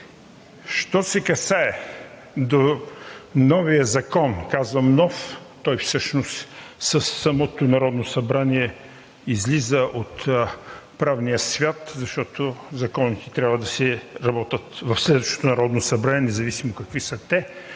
Що се касае до новия Закон – казвам нов, но той всъщност със самото Народно събрание излиза от правния свят, защото законите трябва да се работят в следващото Народно събрание, независимо какви са те,